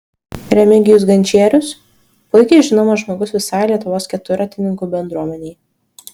remigijus gančierius puikiai žinomas žmogus visai lietuvos keturratininkų bendruomenei